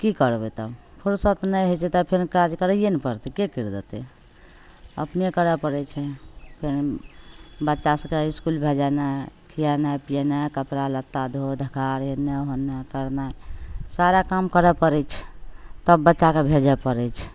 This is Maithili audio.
कि करबै तब फुरसति नहि होइ छै तब फेर काज करैए ने पड़तै के करि देतै अपने करै पड़ै छै बच्चा सभकेँ इसकुल भेजेनाइ खिएनाइ पिएनाइ कपड़ा लत्ता धो धखाड़ एन्ने ओन्ने करनाइ सारा काम करै पड़ै छै तब बच्चाकेँ भेजै पड़ै छै